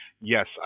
yes